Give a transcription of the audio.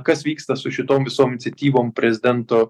kas vyksta su šitom visom iniciatyvom prezidento